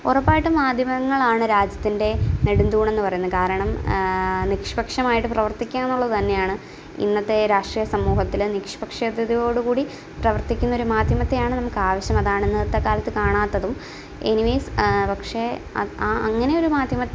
ഉറപ്പായിട്ടും മാധ്യമങ്ങളാണ് രാജ്യത്തിൻ്റെ നെടുംതൂണ് എന്ന് പറയുന്നത് കാരണം നിഷ്പക്ഷമായിട്ട് പ്രവർത്തിക്കുക തന്നെയാണ് ഇന്നത്തെ രാഷ്ട്രീയ സമൂഹത്തിൽ നിഷ്പക്ഷതയോട് കൂടി പ്രവർത്തിക്കുന്ന ഒരു മാധ്യമത്തെയാണ് നമുക്കാവശ്യം അതാണ് ഇന്നത്തെ കാലത്ത് കാണാത്തതും എനിവെയിസ് പക്ഷേ ആ അങ്ങനെയൊരു